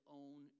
own